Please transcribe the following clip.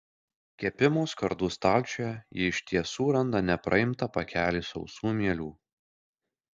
kepimo skardų stalčiuje ji iš tiesų randa nepraimtą pakelį sausų mielių